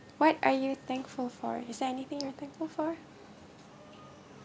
what are you thankful for is that anything you thankful